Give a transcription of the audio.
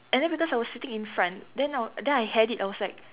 and then because I was sitting in front then I wa~ then I had it I was like